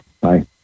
Bye